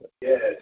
Yes